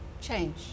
change